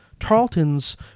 tarleton's